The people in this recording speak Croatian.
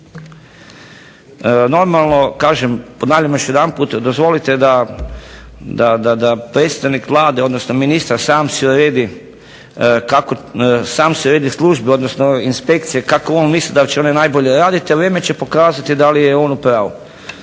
Normalno kažem ponavljam još jedanput dozvolite da predstavnik Vlade odnosno ministar sam si uredi kako sam si uredi službe odnosno inspekcije kako on misli da će najbolje raditi a vrijeme će pokazati da li je on u pravu.